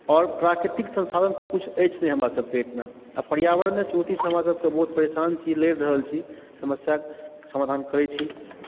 आओर प्राकृतिक संसाधन तऽ किछु अछि नहि हमरा सबके एहिठाम आओर पर्यावरणीय चुनौतीसँ हमरा सबके बहुत परेशान छी लड़ि रहल छी समस्याके समाधान करै छी